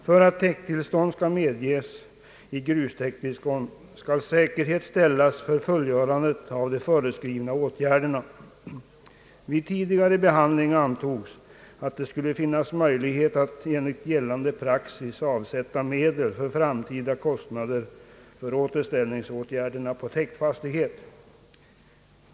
För att tillstånd till grustäkt skall medges måste säkerhet ställas för fullgörandet av de föreskrivna åtgärderna. Vid tidigare behandling antogs att det skulle finnas möjlighet att enligt gällande praxis avsätta medel till framtida kostnader för återställningsåtgärder på täktfastighet.